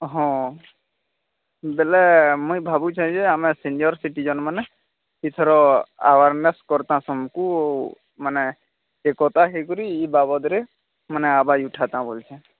ହଁ ବୋଲେ ମୁଁ ଭାବୁଛି ଯେ ଆମେ ସିନିୟର୍ ସିଟିଜନ୍ମାନେ ଏଥର ଆୱାର୍ନେସ୍ କର୍ତ୍ତା ସଂଘକୁ ମାନେ ଏକତା ହୋଇକରି ଏ ବାବଦରେ ମାନେ ଆୱାଜ୍ ଉଠାନ୍ତେ ବୋଲି